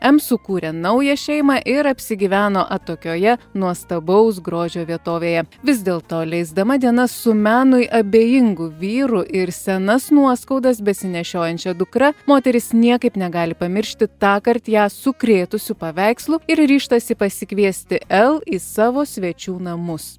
em sukūrė naują šeimą ir apsigyveno atokioje nuostabaus grožio vietovėje vis dėl to leisdama dienas su menui abejingu vyru ir senas nuoskaudas besinešiojančia dukra moteris niekaip negali pamiršti tąkart ją sukrėtusių paveikslų ir ryžtasi pasikviesti el į savo svečių namus